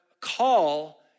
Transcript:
call